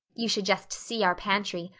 you should just see our pantry.